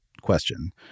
question